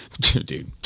Dude